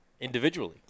Individually